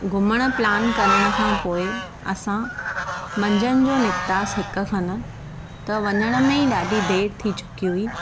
घुमणु प्लान करण खां पोइ असां मंझंदि जो निकितासीं हिकु खनि त वञण में ई ॾाढी देरि थी चुकी हुई